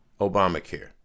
Obamacare